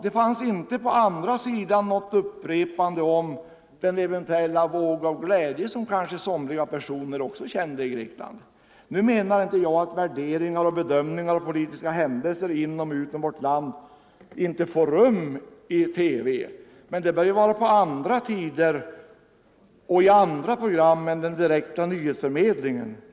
Men det upprepades å andra sidan inte något om den eventuella våg av glädje som kanske somliga personer kände i Grekland. Nu menar inte jag att värderingar och bedömningar och politiska händelser inom och utom vårt land inte får rum i TV. Men det bör ju vara på andra tider och i andra program än den direkta nyhetsförmedlingen.